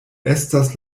estas